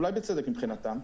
אולי בצדק מבחינתם,